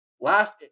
Last